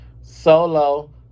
solo